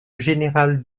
général